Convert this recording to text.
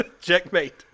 Checkmate